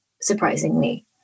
surprisingly